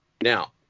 Now